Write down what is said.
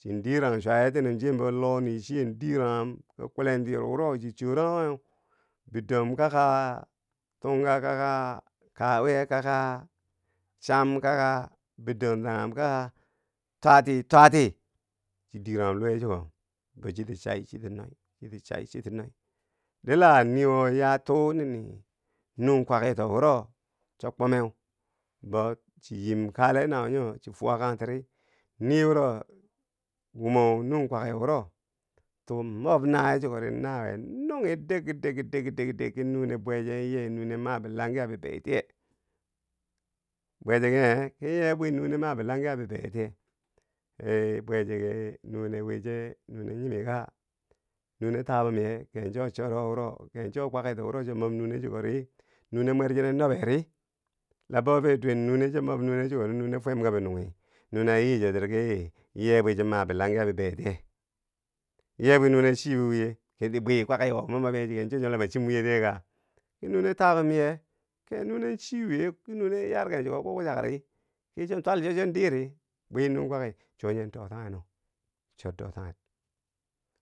Chin diran chwa yetini chiye lohni chiye diranghum ki kwilentiyo wuro chi chooranghuweu, bidom kaka tunka kaka, kawiye kaka, cham kaka kawiye kaka, bidom tanghum kaka, twati twati chi diranghur luwe chiko, bo chiti chai chiti noi. chiti chai chiti noi, dila niiwo yaa tuu nini nung kwakito wuro cho kwome, bo chi yim kale na wonyo chi fuwa kantiri, nii wuro wumo nung kwaki wuro tuu mob nawiye chikori. nawuye nunghi dik dik dik, kinune bweche yee nune ma bilangya bebei tiye, bweche ki eh, ki ye bwi nune ma bilangiya bi bei tiye? eh bweche ki, nune wiche nune nyimi ka? nune tabum yee. ke cho doro wuro ke cho kwaki to cho mob nune chikori nune mwer chinen noberi la bo fe dwen nune cho mob nune chikori nune fwem kabi nunghi, nune a yi chotiri ki, ye bwi cho ma bilangya bibeitiye, yebwi nune chibo wiye, ki bi bwi kwaki towo mo mob yechiko cho chwo lama chin wiye tiyeka? ki nune tabumye?. ke nune chiwiye nune yarken chiko kukchakri ki chon twal cho, chon diri buri numa kwaki, chwo nyeu dotanghe no, chor dotanghe,